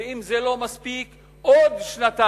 ואם זה לא מספיק, עוד שנתיים.